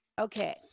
Okay